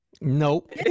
Nope